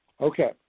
Okay